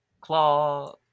Claw